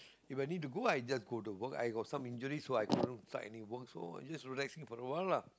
If I need to go I just go to work I've got some injuries so I couldn't find any work so I just relaxing for a while lah